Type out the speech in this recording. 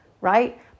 right